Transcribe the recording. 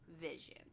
vision